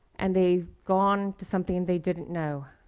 and they've gone to something they didn't know.